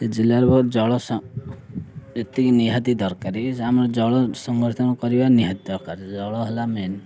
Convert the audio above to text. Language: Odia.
ସେ ଜିଲ୍ଲାର ଜଳ ଏତିକି ନିହାତି ଦରକାରୀ ଆମର ଜଳ ସଂରକ୍ଷଣ କରିବା ନିହାତି ଦରକାର ଜଳ ହେଲା ମେନ୍